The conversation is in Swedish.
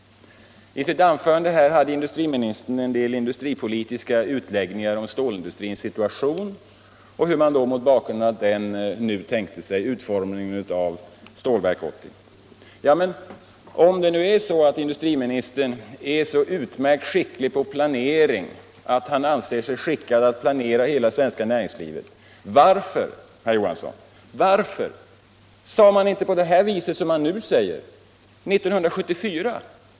I sitt anförande hade industriministern en del industripolitiska utläggningar om stålindustrins situation och hur man mot bakgrunden av den tänkte sig utformningen av Stålverk 80. Men om nu industriministern är så utmärkt duktig på planering att han anser sig skickad att planera hela det svenska näringslivet, varför, herr Johansson, sade man inte 1974 det som man nu säger?